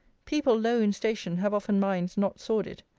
people low in station have often minds not sordid.